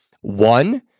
One